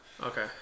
Okay